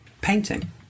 painting